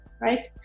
right